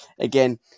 Again